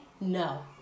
no